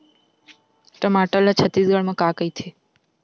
टमाटर ला छत्तीसगढ़ी मा का कइथे?